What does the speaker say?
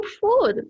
food